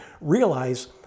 realize